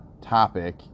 topic